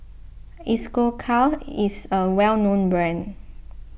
Isocal is a well known brand